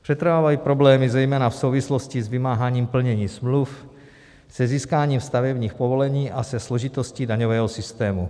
Přetrvávají problémy zejména v souvislosti s vymáháním plnění smluv, se získáním stavebních povolení a se složitostí daňového systému.